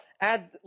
add